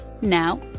Now